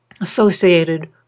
associated